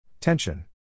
Tension